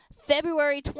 February